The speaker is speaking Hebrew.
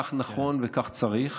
כך נכון וכך צריך.